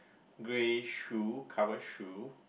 grey shoe covered shoe